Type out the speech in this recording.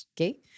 okay